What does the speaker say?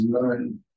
learn